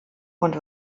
und